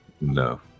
No